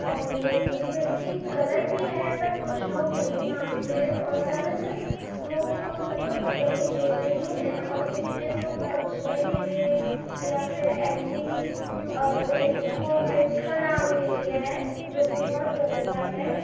اور یہ بلکہ غلط بھی ہے پر کچھ لوگ نہیں مانتے اور زیادہ تر لوگ مطلب دہیج لیتے ہی ہیں اور کچھ نے تو بچنے کے لیے یا پھر ایسے ہی دہیج کو گفٹ کا نام دے دیا ہے جو کہ بہت غلط بات ہے